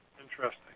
interesting